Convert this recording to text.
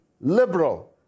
liberal